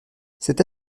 cette